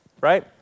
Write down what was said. right